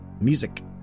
music